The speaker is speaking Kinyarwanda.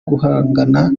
guhangana